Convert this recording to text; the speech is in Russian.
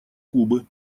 кубы